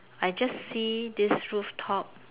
I just see this rooftop